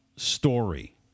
story